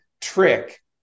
trick